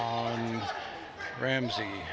on ramsey